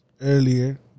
earlier